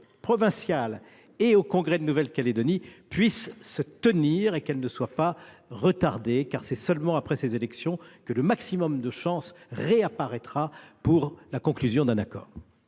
province et au congrès de Nouvelle Calédonie puissent se tenir et qu’elles ne soient pas retardées. C’est en effet seulement après ces élections que le maximum de chances réapparaîtra pour la conclusion d’un accord.